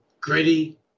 gritty